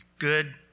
good